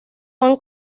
han